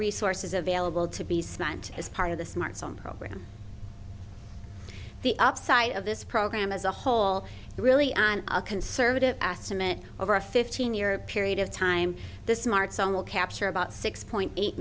resources available to be spent as part of the smartphone program the upside of this program as a whole really on a conservative estimate over a fifteen year period of time the smartphone will capture about six point eight